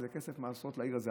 איזה כסף מעשרות לעיר הזאת,